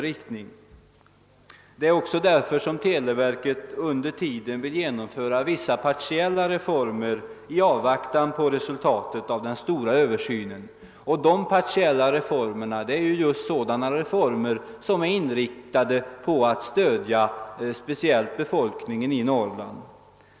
Av det skälet vill televerket vidta en del partiella reformer i avvaktan på resultatet av den stora översynen. Dessa partiella reformer är inriktade på att stödja speciellt befolkningen i Norrland.